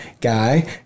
guy